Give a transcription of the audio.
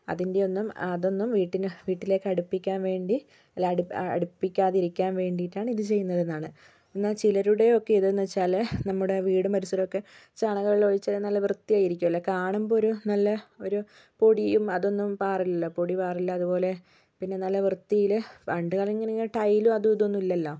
അതിൻറെയൊന്നും അതൊന്നും വീട്ടിന് വീട്ടിലേക്കടുപ്പിക്കാൻ വേണ്ടി അല്ല അടുപ്പാ അടുപ്പിക്കാതിരിക്കാൻ വേണ്ടീട്ടാണ് ഇത് ചെയ്യുന്നതെന്നാണ് എന്നാൽ ചിലരുടെയൊക്കെ ഇത് എന്ന് വച്ചാല് നമ്മുടെ വീടും പരിസരവും ഒക്കെ ചാണകവെള്ളം ഒഴിച്ചാല് നല്ല വൃത്തിയായിരികുവല്ലോ കാണുമ്പോൾ ഒരു നല്ല ഒരു പൊടിയും അതൊന്നും പാറില്ലല്ലോ പൊടിപാറില്ല അതുപോലെ നല്ല വൃത്തിയില് പണ്ടു കാലങ്ങളിൽ ഈ ടൈലും അതു ഇതൊന്നും ഇല്ലാലോ